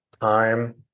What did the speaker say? time